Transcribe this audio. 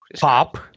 Pop